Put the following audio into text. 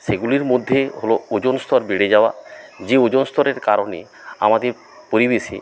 সেগুলির মধ্যে হল ওজন স্তর বেড়ে যাওয়া যে ওজন স্তরের কারণে আমাদের পরিবেশে